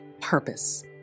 purpose